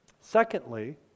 Secondly